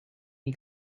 you